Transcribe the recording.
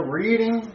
reading